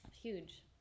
Huge